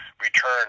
return